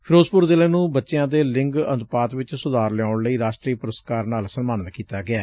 ਫਿਰੋਜ਼ਪੁਰ ਜ਼ਿਲੇ ਨੂੰ ਬੱਚਿਆਂ ਦੇ ਲਿੰਗ ਅਨੁਪਾਤ ਵਿਚ ਸੁਧਾਰ ਲਿਆਉਣ ਲਈ ਰਾਸ਼ਟਰੀ ਪੁਰਸ਼ਕਾਰ ਨਾਲ ਸਨਮਾਨਿਤ ਕੀਤਾ ਗਿਐ